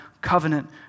covenant